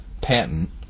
patent